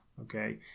okay